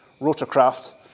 rotorcraft